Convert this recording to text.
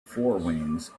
forewings